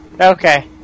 Okay